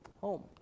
home